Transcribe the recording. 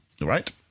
right